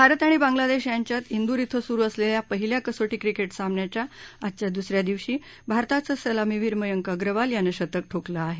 भारत आणि बांगलादेश यांच्यात इंदूर इथं सुरु असलेल्या पहिल्या कसोटी क्रिकेट सामन्याच्या आजच्या द्स या दिवशी भारताचा सलामीवीर मयंक अग्रवाल यानं शतक ठोकलं आहे